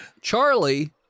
Charlie